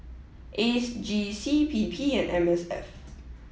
AGC PP and MSF